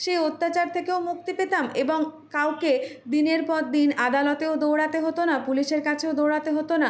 সেই অত্যাচার থেকেও মুক্তি পেতাম এবং কাউকে দিনের পর দিন আদালতেও দৌড়াতে হতো না পুলিশের কাছেও দৌড়াতে হতো না